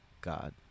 God